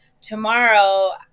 tomorrow